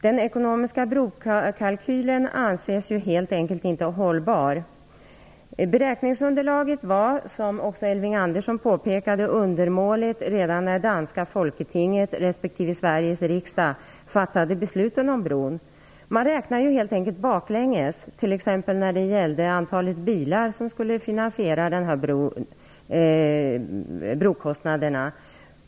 Den ekonomiska brokalkylen anses ju helt enkelt inte hållbar. Andersson påpekade - undermåligt redan när danska Folketinget respektive Sveriges riksdag fattade besluten om bron. Man räknade baklänges, t.ex. när det gällde antalet bilar som skulle finansiera brokostnaderna.